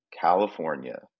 California